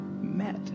met